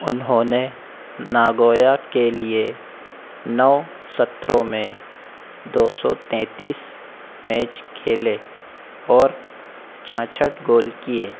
उन्होंने नागोया के लिए नौ सत्रों में दो सौ तैंतीस मैच खेले और छियासठ गोल किए